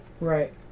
Right